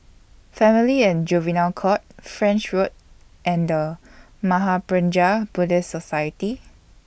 Family and Juvenile Court French Road and The Mahaprajna Buddhist Society